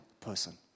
person